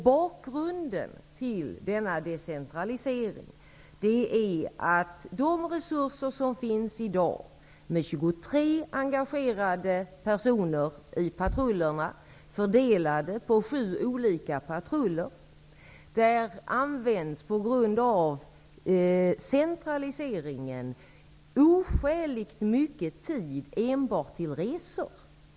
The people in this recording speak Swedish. Bakgrunden till denna decentralisering är, att av de resurser som finns i dag, med 23 engagerade personer i patrullerna fördelade på 7 olika patruller, används på grund av centraliseringen oskäligt mycket tid enbart till resor.